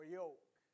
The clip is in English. yoke